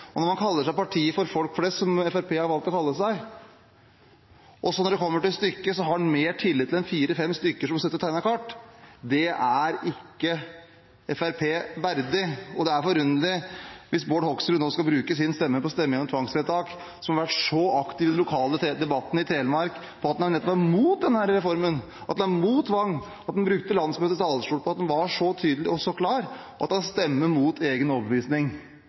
Og når man kaller seg partiet for folk flest, som Fremskrittspartiet har valgt å kalle seg, og så når det kommer til stykket har mer tillit til en fire–fem stykker som sitter og tegner kart, er det ikke Fremskrittspartiet verdig. Det er forunderlig hvis Bård Hoksrud nå skal bruke sin stemme på å stemme gjennom tvangsvedtak – han som har vært så aktiv i den lokale debatten i Telemark om at han nettopp er mot denne reformen, om at han er mot tvang, han som brukte landsmøtets talerstol og var så tydelig og så klar – at han stemmer mot egen overbevisning.